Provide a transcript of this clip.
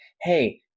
Hey